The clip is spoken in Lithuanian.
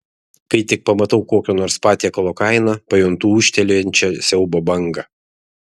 kai tik pamatau kokio nors patiekalo kainą pajuntu ūžtelėjančią siaubo bangą